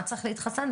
מה צריך להתחסן,